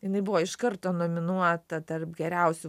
jinai buvo iš karto nominuota tarp geriausių